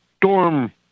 dorm